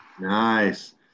Nice